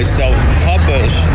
self-publish